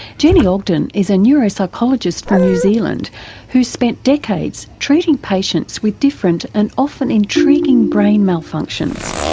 jenni ogden is a neuropsycholgist from new zealand who's spent decades treating patients with different and often intriguing brain malfunctions.